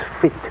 fit